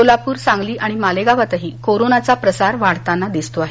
सोलापूर सांगली आणि मालेगावात कोरोनाचा प्रसार वाढताना दिसतो आहे